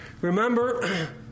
Remember